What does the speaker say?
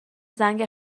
زنگ